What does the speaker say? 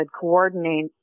coordinate